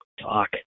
talk